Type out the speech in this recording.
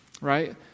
right